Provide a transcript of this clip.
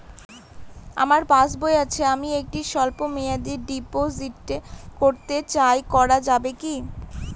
আমার পাসবই আছে আমি একটি স্বল্পমেয়াদি ডিপোজিট করতে চাই করা যাবে কি?